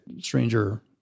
stranger